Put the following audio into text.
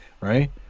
right